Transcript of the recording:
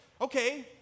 Okay